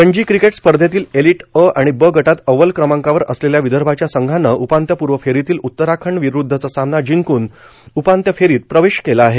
Ranji cricket स्पर्धेतील elite अ आणि ब गटात अव्वल क्रमांकावर असलेल्या विदर्भाच्या संघानं उपांत्यपूर्व फेरीतील उत्तराखंड विरूद्वचा सामना जिंकून उपांत्य फेरीत प्रवेश केला आहे